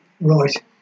Right